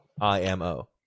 IMO